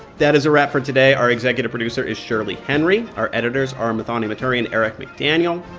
that is a wrap for today. our executive producer is shirley henry. our editors are muthoni muturi and eric mcdaniel.